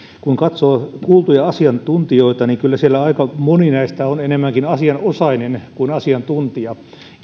kun katsoo kuultuja asiantuntijoita niin kyllä aika moni heistä on enemmänkin asianosainen kuin asiantuntija